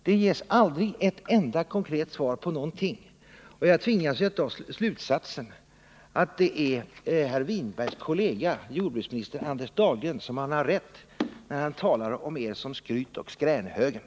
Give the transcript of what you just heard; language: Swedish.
Det lämnas aldrig ett enda konkret svar på någonting, och jag tvingas dra slutsatsen att herr Winbergs kollega jordbruksminister Anders Dahlgren har rätt när han talar om er som skrytoch skränhögern.